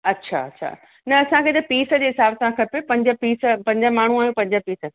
अच्छा अच्छा न असांखे त पीस जे हिसाब सां पंज पीस पंज माण्हूं आहियूं पंज पीस